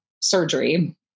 surgery